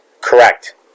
Correct